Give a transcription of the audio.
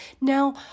Now